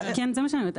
כן, זה מה שאני אומרת.